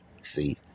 see